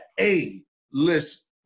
A-list